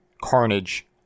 carnage